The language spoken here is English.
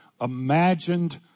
imagined